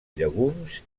llegums